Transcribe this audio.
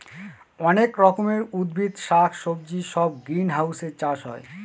অনেক রকমের উদ্ভিদ শাক সবজি সব গ্রিনহাউসে চাষ হয়